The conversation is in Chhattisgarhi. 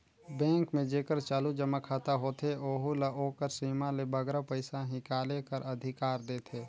बेंक में जेकर चालू जमा खाता होथे ओहू ल ओकर सीमा ले बगरा पइसा हिंकाले कर अधिकार देथे